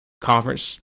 conference